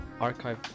archive